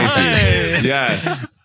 Yes